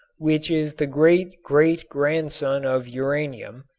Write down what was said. which is the great-great-grandson of uranium,